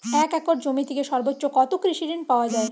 এক একর জমি থেকে সর্বোচ্চ কত কৃষিঋণ পাওয়া য়ায়?